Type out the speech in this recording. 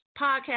podcast